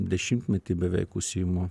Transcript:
dešimtmetį beveik užsiimu